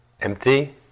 Empty